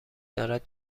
دارد